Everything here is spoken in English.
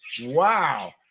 wow